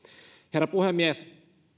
herra puhemies